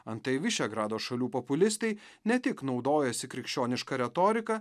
antai višegrado šalių populistai ne tik naudojasi krikščioniška retorika